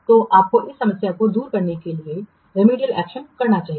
तो आपको इस समस्या को दूर करने के लिए सुधारात्मक कार्रवाई करनी चाहिए